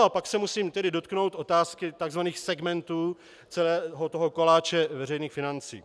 A pak se musím dotknout otázky tzv. segmentů celého toho koláče veřejných financí.